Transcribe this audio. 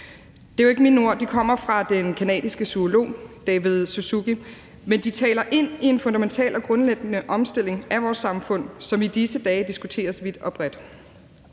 Det er jo ikke mine ord. De kommer fra den canadiske zoolog David Suzuki, men de taler ind i en fundamental og grundlæggende omstilling af vores samfund, som i disse dage diskuteres vidt og bredt.